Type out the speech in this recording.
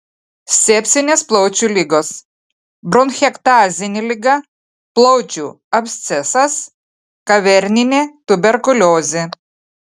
sepsinės plaučių ligos bronchektazinė liga plaučių abscesas kaverninė tuberkuliozė